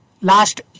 Last